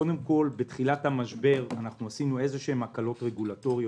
קודם כול בתחילת המשבר עשינו הקלות רגולטוריות.